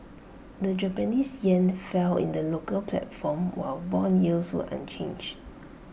the Japanese Yen fell in the local platform while Bond yields were unchanged